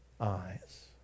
eyes